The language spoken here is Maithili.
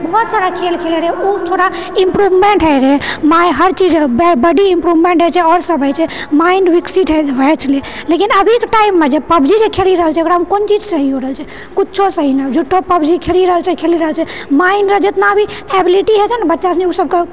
बहुत सारा खेल खेलै रहै ओ थोड़ा इम्प्रूवमेंट हइ रहै माय हर चीज बॉडी इम्प्रूवमेंट हइ छै आओर सब हइ छै माइण्ड विकसित हइ छै लेकिन अभीके टाइममे जे पबजी जे खेली रहल छै ओकरामे कोन चीज सही हो रहल छै किछु सही नहि झूठो पबजी खेली रहल छै खेली रहल छै माइण्डमे जेतना भी एबिलिटी हइ छै ने बच्चा सुनि ओ सबके